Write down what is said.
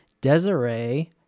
Desiree